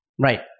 Right